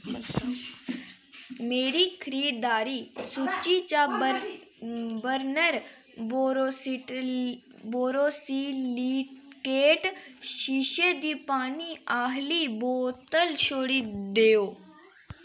मेरी खरीदारी सूची चा बर्गनर बोरोसिलिकेट शीशे दी पानी आह्ली बोतल छोड़ी देओ